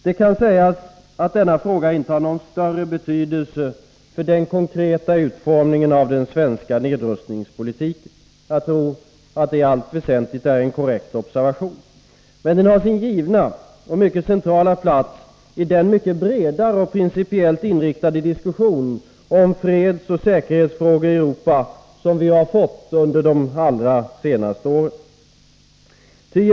Det hävdas ibland att denna fråga inte har någon större betydelse för den konkreta utformningen av den svenska nedrustningspolitiken. Jag tror att det i allt väsentligt är en korrekt observation. Men den har sin givna och mycket centrala plats i den mycket bredare och principiellt inriktade diskussion om fredsoch säkerhetsfrågor i Europa som vi ju fått under de allra senaste åren.